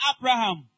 Abraham